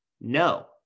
no